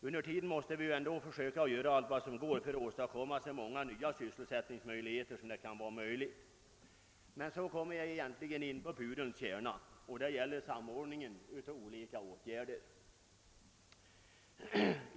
Under tiden måste vi emellertid försöka göra allt vi kan för att få till stånd så många sysselsättningsmöjligheter som vi över huvud taget kan åstadkomma. Så kommer jag till pudelns kärna — det gäller samordningen av olika åtgärder.